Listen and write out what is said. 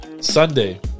Sunday